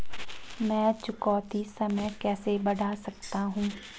मैं चुकौती समय कैसे बढ़ा सकता हूं?